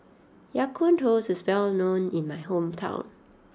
Ya Kun Toast is well known in my hometown